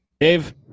Dave